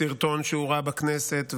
בסרטון שהוראה בכנסת ועוד.